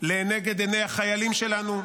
לנגד עיני החיילים שלנו,